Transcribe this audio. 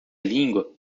língua